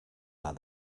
are